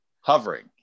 hovering